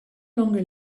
longer